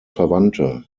verwandte